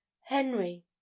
Henry